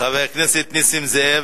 חבר הכנסת נסים זאב,